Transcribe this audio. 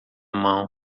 mão